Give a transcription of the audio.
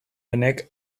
honek